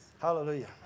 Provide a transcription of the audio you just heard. Hallelujah